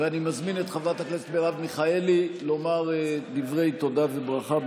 אני מזמין את חברת הכנסת מרב מיכאלי לומר דברי תודה וברכה.